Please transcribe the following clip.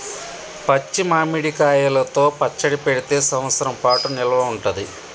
పచ్చి మామిడి కాయలతో పచ్చడి పెడితే సంవత్సరం పాటు నిల్వ ఉంటది